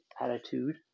attitude